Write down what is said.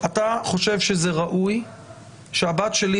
אתה חושב שראוי שהבת שלי,